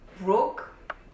broke